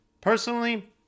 Personally